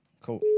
Cool